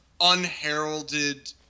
unheralded